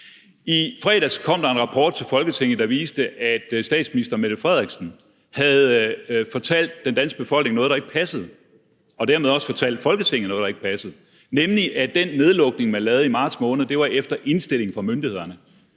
I fredags kom der en rapport til Folketinget, der viste, at statsminister Mette Frederiksen havde fortalt den danske befolkning noget, der ikke passede, og dermed også havde fortalt Folketinget noget, der ikke passede, nemlig at den nedlukning, man lavede i marts måned, var efter indstilling fra myndighederne.